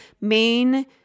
main